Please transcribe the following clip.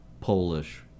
Polish